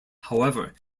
however